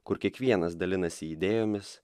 kur kiekvienas dalinasi idėjomis